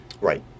Right